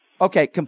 Okay